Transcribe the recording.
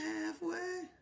halfway